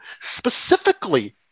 specifically